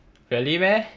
really meh